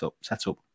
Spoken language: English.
setup